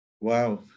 Wow